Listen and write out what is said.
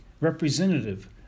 representative